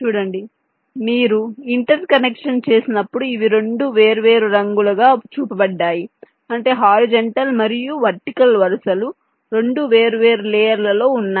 చూడండి మీరు interconnection చేసినప్పుడు ఇవి రెండు వేర్వేరు రంగులుగా చూపబడ్డాయి అంటే హారిజాంటల్ మరియు వర్టికల్ వరుసలు రెండు వేర్వేరు లేయర్ లలో ఉన్నాయి